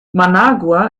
managua